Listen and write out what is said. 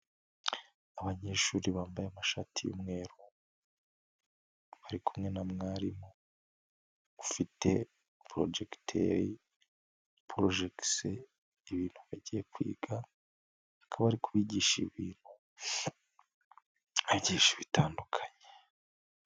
Abanyeshuri bambaye amashati y'umweru, bari kumwe na mwarimu ufite porojekiteri iporojekise ibintu bagiye kwiga, akaba ari bigisha ibintu abigisha bitandukanye.